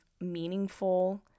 meaningful